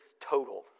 total